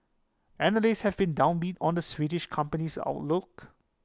analysts have been downbeat on the Swedish company's outlook